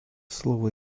слово